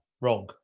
wrong